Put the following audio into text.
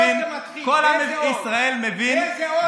מבינים, כל עם ישראל מבין, באיזו אות זה מתחיל?